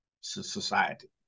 society